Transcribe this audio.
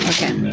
Okay